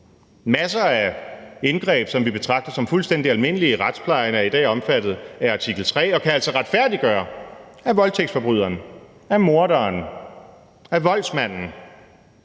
masser af indgreb, som vi betragter som fuldstændig almindelige i retsplejen, er i dag omfattet af artikel 3 og kan altså retfærdiggøre, at voldtægtsforbryderen, at morderen, at voldsmanden